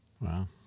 Wow